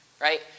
Right